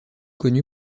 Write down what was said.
connu